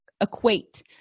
equate